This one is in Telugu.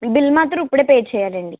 బిల్ మాత్రం ఇప్పుడే పే చెయ్యాలండి